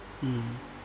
mm